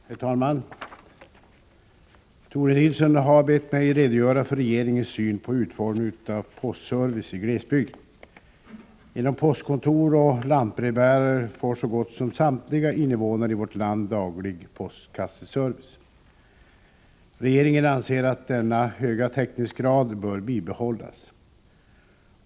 Herr talman! Tore Nilsson har bett mig redogöra för regeringens syn på utformningen av postservice i glesbygd. Genom postkontor och lantbrevbärare får så gott som samtliga invånare i vårt land daglig postkassaservice. Regeringen anser att denna höga täckningsgrad bör bibehållas.